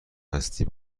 هستی